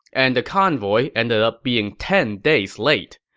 and the convoy ended up being ten days late.